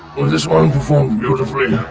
this one performed beautifully.